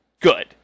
Good